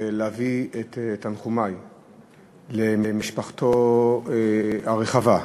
ולהביא את תנחומי למשפחתו הרחבה,